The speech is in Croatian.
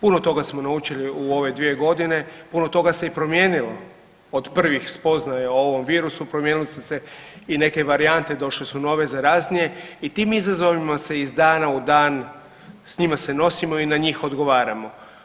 Puno tog smo naučili u ove dvije godine, puno toga se i promijenilo od prvih spoznaja o ovom virusu, promijenili su se i neke varijante, došle su nove, zaraznije i tim izazovima se iz dana u dan, s njima se nosimo i na njih odgovaramo.